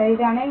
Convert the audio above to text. சரிதானே